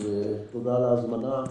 תודה על ההזמנה.